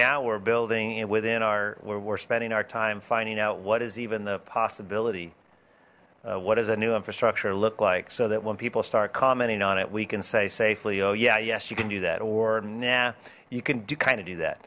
now we're building it within our where we're spending our time finding out what is even the possibility what does a new infrastructure look like so that when people start commenting on it we can say safely oh yeah yes you can do that or now you can do kind of do that